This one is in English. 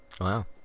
Wow